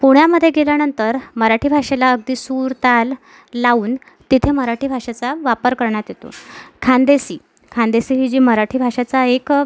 पुण्यामध्ये गेल्यानंतर मराठी भाषेला अगदी सूर ताल लावून तिथे मराठी भाषेचा वापर करण्यात येतो खानदेशी खानदेशी हा जो मराठी भाषेचा एक